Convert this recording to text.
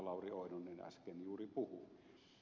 lauri oinonen äsken juuri puhui